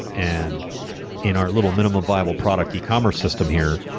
and in our little minimum viable product e-commerce system here,